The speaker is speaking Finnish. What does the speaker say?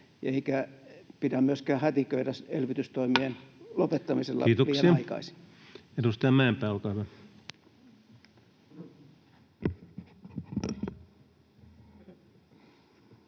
eikä pidä myöskään hätiköidä elvytystoimien lopettamisella liian aikaisin. Kiitoksia. — Edustaja Mäenpää, olkaa hyvä.